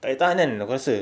tak boleh tahan kan aku rasa